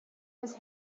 his